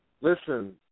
Listen